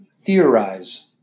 theorize